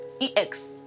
EX